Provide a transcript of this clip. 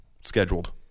scheduled